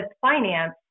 finance